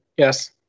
Yes